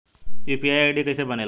UPI ID कैसे बनेला?